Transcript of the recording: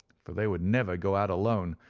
for they would never go out alone,